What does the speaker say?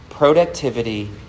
Productivity